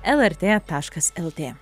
lrt taškas lt